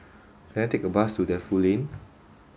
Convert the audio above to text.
can I take a bus to Defu Lane